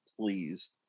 please